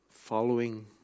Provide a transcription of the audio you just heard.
following